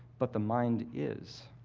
but the mind is.